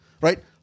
right